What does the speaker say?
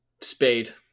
spade